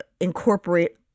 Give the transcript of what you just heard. incorporate